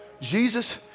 Jesus